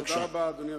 אדוני היושב-ראש,